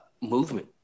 movement